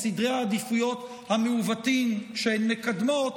בסדרי העדיפויות המעוותים שהן מקדמות,